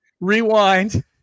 Rewind